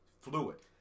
fluid